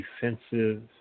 defensive